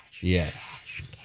Yes